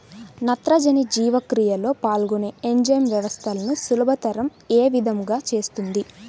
నత్రజని జీవక్రియలో పాల్గొనే ఎంజైమ్ వ్యవస్థలను సులభతరం ఏ విధముగా చేస్తుంది?